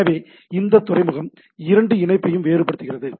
எனவே இந்த துறைமுகம் அந்த இரண்டு இணைப்பையும் வேறுபடுத்துகிறது